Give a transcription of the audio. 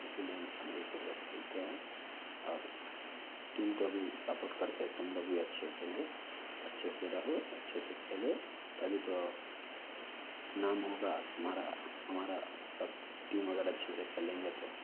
इसीलिए हम शान्तिपूर्वक खेलते हैं और टीम को भी सपोर्ट करते तुम लोग भी अच्छे खेलो अच्छे से रहो अच्छे से खेलो तभी तो नाम होगा तुम्हारा हमारा सब टीम अगर अच्छे से खेलेंगे तो